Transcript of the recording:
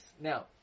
Now